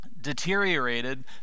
deteriorated